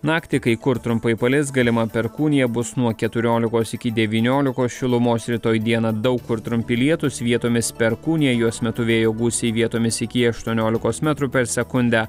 naktį kai kur trumpai palis galima perkūnija bus nuo keturiolikos iki devyniolikos šilumos rytoj dieną daug kur trumpi lietūs vietomis perkūnija jos metu vėjo gūsiai vietomis iki aštuoniolikos metrų per sekundę